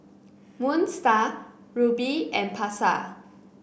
Moon Star Rubi and Pasar